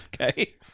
Okay